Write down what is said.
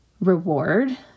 reward